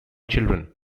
children